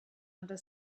under